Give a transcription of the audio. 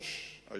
דרומה, בואכה אילת.